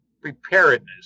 preparedness